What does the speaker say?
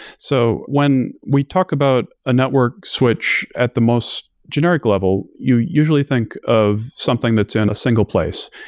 so when we talk about a network switch at the most generic level, you usually think of something that's in a single place.